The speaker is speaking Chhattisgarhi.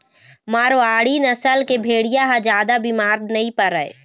मारवाड़ी नसल के भेड़िया ह जादा बिमार नइ परय